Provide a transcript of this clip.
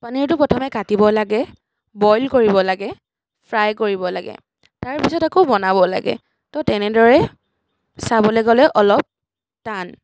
পনিৰটো প্ৰথমে কাটিব লাগে বইল কৰিব লাগে ফ্ৰাই কৰিব লাগে তাৰপিছত আকৌ বনাব লাগে ত' তেনেদৰে চাবলৈ গ'লে অলপ টান